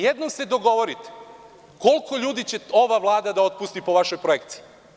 Jednom se dogovorite koliko ljudi će ova Vlada da otpusti po vašoj projekciji.